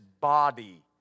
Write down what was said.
body